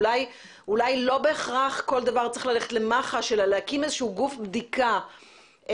אולי לא בהכרח כל דבר צריך ללכת למח"ש אלא להקים איזשהו גוף בדיקה בתוך